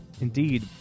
indeed